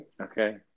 Okay